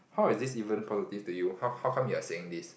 how is this even positive to you how how come you are saying this